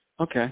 Okay